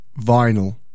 Vinyl